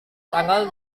tanggal